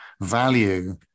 value